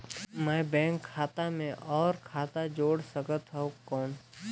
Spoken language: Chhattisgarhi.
मैं बैंक खाता मे और खाता जोड़ सकथव कौन?